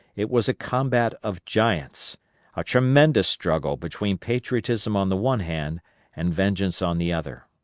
it was a combat of giants a tremendous struggle between patriotism on the one hand and vengeance on the other.